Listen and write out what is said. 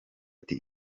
ati